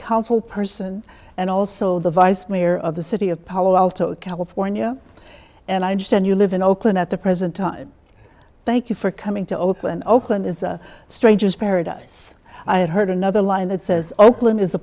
council person and also the vice mayor of the city of palo alto california and i understand you live in oakland at the present time thank you for coming to oakland oakland is a stranger's paradise i had heard another line that says oakland is a